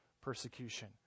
persecution